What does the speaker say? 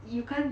you can't